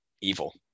evil